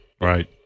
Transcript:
Right